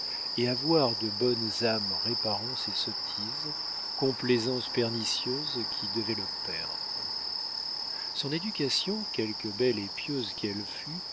et à voir de bonnes âmes réparant ses sottises complaisance pernicieuse qui devait le perdre son éducation quelque belle et pieuse